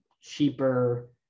cheaper